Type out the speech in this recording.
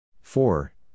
four